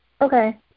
Okay